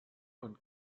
und